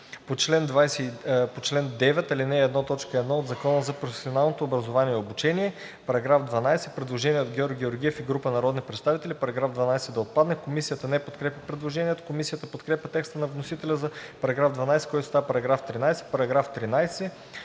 по чл. 9, ал. 1, т. 1 от Закона за професионалното образование и обучение.“ По § 12 има предложение от Георги Георгиев и група народни представители – параграф 12 да отпадне. Комисията не подкрепя предложението. Комисията подкрепя текста на вносителя за § 12, който става § 13. Предложение